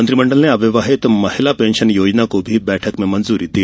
मंत्रिमंडल ने अविवाहित महिला पेंशन योजना को भी बैठक में मंजूरी दी